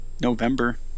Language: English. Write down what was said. November